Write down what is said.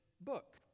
book